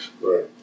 Right